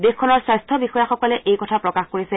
দেশখনৰ স্বাস্থ্য বিষয়াসকলে এই কথা প্ৰকাশ কৰিছে